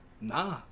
Nah